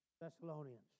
Thessalonians